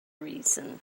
reason